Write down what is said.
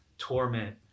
torment